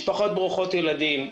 משפחות ברוכות ילדים,